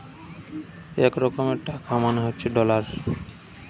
এক রকমের টাকা মানে হচ্ছে ডলার